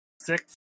Six